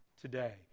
today